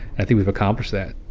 i think we've accomplished that